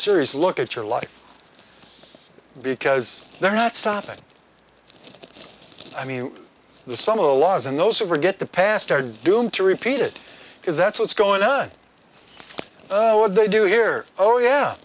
serious look at your life because they're not stopping i mean the some of the laws and those who forget the past are doomed to repeat it because that's what's going on what they do here oh yeah